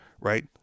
right